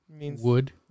Wood